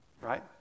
right